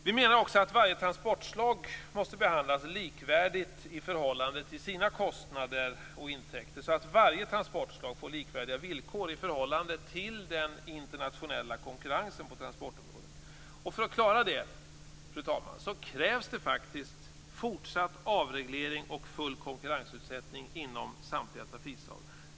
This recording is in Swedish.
Vi menar också att varje transportslag måste behandlas likvärdigt i förhållande till sina kostnader och intäkter, så att varje transportslag får likvärdiga villkor i förhållande till den internationella konkurrensen på transportområdet. För att klara detta, fru talman, krävs faktiskt fortsatt avreglering och full konkurrensutsättning inom samtliga trafikslag.